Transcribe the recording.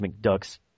McDuck's